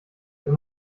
wenn